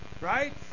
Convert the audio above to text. Right